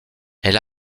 elle